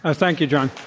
ah thank you, john.